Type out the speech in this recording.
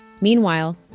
Meanwhile